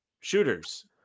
shooters